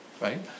right